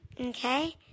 Okay